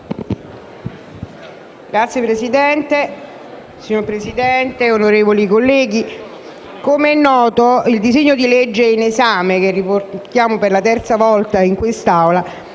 *relatrice*. Signor Presidente, onorevoli colleghi, come è noto il disegno di legge in esame, che riportiamo per la terza volta in quest'Aula,